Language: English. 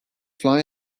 fly